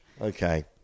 Okay